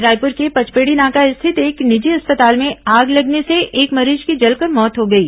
रायपुर के पचपेड़ी नाका स्थित एक निजी अस्पताल में आग लगने से एक मरीज की जलकर मौत हो गई